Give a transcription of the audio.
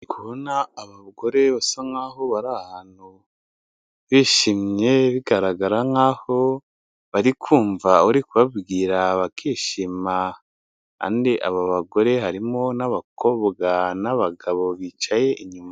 Aba bagore basa nkaho bari ahantu bishimye bigaragara nkaho bari kumva uri kubabwira bakishima aba bagore harimo n'abakobwa n'abagabo bicaye inyuma.